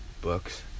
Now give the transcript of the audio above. books